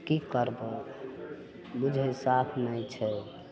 की करबय बुझय साफ नहि छै